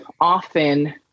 often